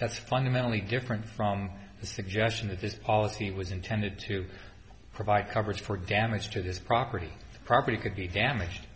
that's fundamentally different from the suggestion that this policy was intended to provide coverage for damage to his property property could be damaged